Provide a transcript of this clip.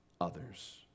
others